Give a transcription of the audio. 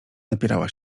napierała